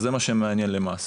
זה מה שמעניין למעשה.